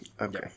okay